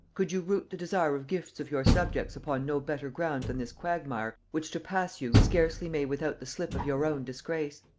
could you root the desire of gifts of your subjects upon no better ground than this quagmire, which to pass you scarcely may without the slip of your own disgrace?